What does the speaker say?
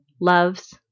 loves